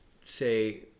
say